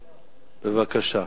בבקשה.